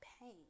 pain